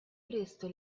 presto